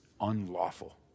unlawful